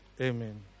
Amen